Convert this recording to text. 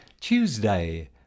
Tuesday